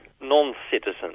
non-citizens